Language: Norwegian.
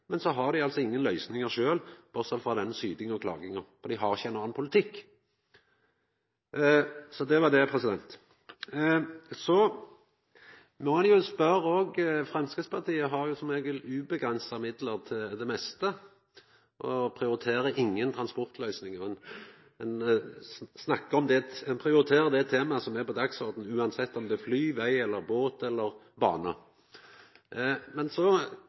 men dei har altså ingen løysingar sjølve, bortsett frå denne sytinga og klaginga – for dei har ikkje ein annan politikk. Så det var det. Så må ein òg spørja: Framstegspartiet har jo som regel uavgrensa midlar til det meste, og prioriterer ikkje mellom transportløysingar – dei prioriterer det temaet som er på dagsordenen, anten det er fly, veg, båt eller